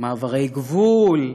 מעברי גבול,